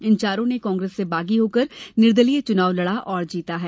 इन चारों ने कांग्रेस से बागी होकर निर्दलीय चुनाव लड़ा और जीता है